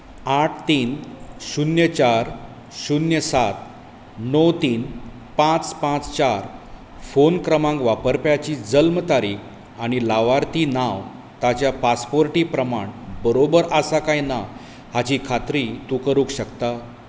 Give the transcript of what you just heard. आठ तीन शून्य चार शून्य सात णव तीन पांच पांच चार फोन क्रमांक वापरप्याची जल्म तारीख आनी लावार्थी नांव ताच्या पासपोर्टी प्रमाण बरोबर आसा काय ना हाची खात्री तूं करूंक शकता